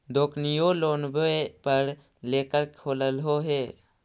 दोकनिओ लोनवे पर लेकर खोललहो हे?